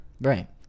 Right